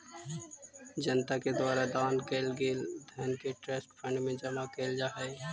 जनता के द्वारा दान कैल गेल धन के ट्रस्ट फंड में जमा कैल जा हई